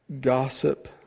Gossip